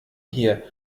hier